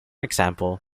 example